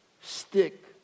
stick